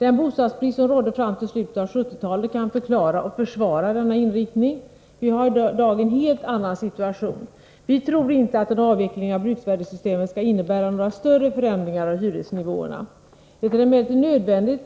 Den bostadsbrist som rådde fram till slutet av 1970-talet kan förklara och försvara denna inriktning. Vi har i dag en helt annan situation. Vi tror inte att en avveckling av bruksvärdessystemet skulle innebära några större förändringar av hyresnivåerna. Det är emellertid nödvändigt